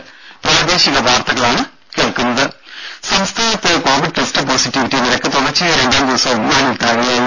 രംഭ സംസ്ഥാനത്ത് COVID test positivity നിരക്ക് തുടർച്ചയായി രണ്ടാം ദിവസവും നാലിൽ താഴെയായി